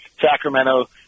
sacramento